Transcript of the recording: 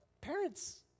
Parents